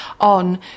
on